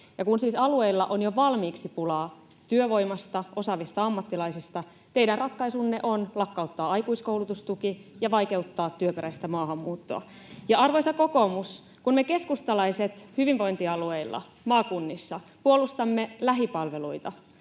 ja kun siis alueilla on jo valmiiksi pulaa työvoimasta, osaavista ammattilaisista, teidän ratkaisunne on lakkauttaa aikuiskoulutustuki ja vaikeuttaa työperäistä maahanmuuttoa. [Annika Saarikko: Näin on!] Ja arvoisa kokoomus, kun me keskustalaiset hyvinvointialueilla maakunnissa puolustamme lähipalveluita,